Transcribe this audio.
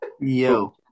Yo